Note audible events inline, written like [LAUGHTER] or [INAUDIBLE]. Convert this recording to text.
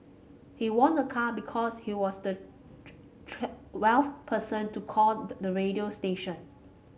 he won a car because he was the [UNINTELLIGIBLE] person to call the the radio station